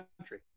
country